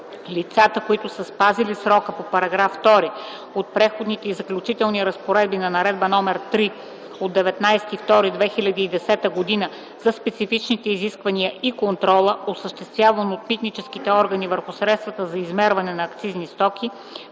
лицата, които са спазили срока по § 2 от Преходните и заключителни разпоредби на Наредба № 3 от 19.02.2010 г. за специфичните изисквания и контрола, осъществяван от митническите органи върху средствата за измерване на акцизни стоки,